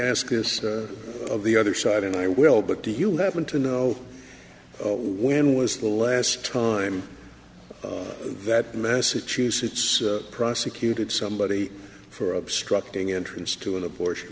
ask this of the other side and i will but do you happen to know when was the last time that massachusetts prosecuted somebody for obstructing entrance to an abortion